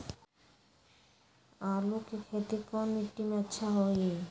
आलु के खेती कौन मिट्टी में अच्छा होइ?